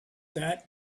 that